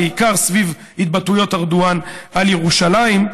בעיקר סביב התבטאויות ארדואן על ירושלים.